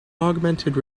augmented